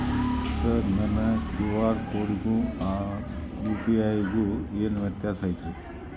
Sir ನನ್ನ QR ಕೊಡಿಗೂ ಆ ಯು.ಪಿ.ಐ ಗೂ ಏನ್ ವ್ಯತ್ಯಾಸ ಐತ್ರಿ?